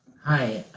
hi.